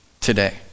today